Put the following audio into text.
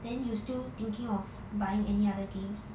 then you still thinking of buying any other games